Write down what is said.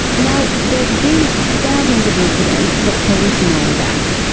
now, there have been thousands of incidents that police know about.